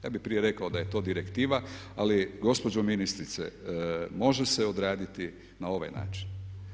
Ja bi prije rekao da je to direktiva ali gospođo ministrice može se odraditi na ovaj način.